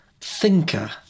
thinker